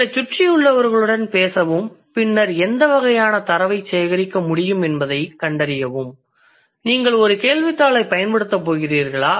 உங்களைச் சுற்றியுள்ளவர்களுடன் பேசவும் பின்னர் எந்த வகையான தரவை சேகரிக்க முடியும் என்பதைக் கண்டறியவும் நீங்கள் ஒரு கேள்வித்தாளைப் பயன்படுத்தப் போகிறீர்களா